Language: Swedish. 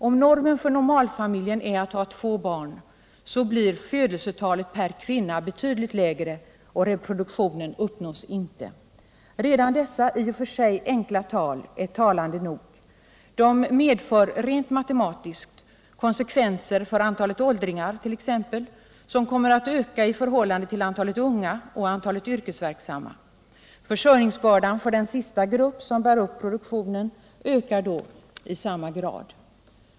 Om normen för normalfamiljen är att ha två barn, så blir födelsetalet per kvinna betydligt lägre, och reproduktionen uppnås inte. Redan dessa i och för sig enkla tal är talande nog — de medför rent matematiskt konsekvenser för t.ex. antalet åldringar, som kommer att öka i förhållande till antalet unga och antalet yrkesverksamma. Försörjningsbördan för denna sista grupp som bär upp produktionen ökar då i samma grad.